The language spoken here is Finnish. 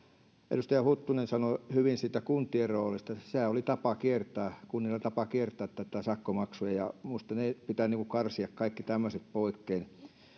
edustaja huttunen sanoi hyvin kuntien roolista että sehän oli kunnilla tapa kiertää tätä sakkomaksua minusta pitää karsia kaikki tämmöiset poikkeen